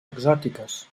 exòtiques